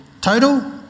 total